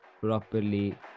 properly